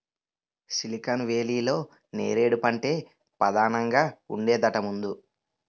silicon వేలీలో నేరేడు పంటే పదానంగా ఉండేదట ముందు